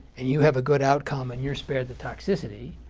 and you have a good outcome and you're spared the toxicity,